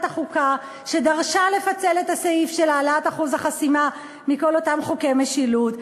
החוקה שדרשה לפצל את הסעיף של העלאת אחוז החסימה מכל אותם חוקי משילות,